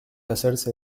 hacerse